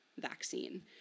vaccine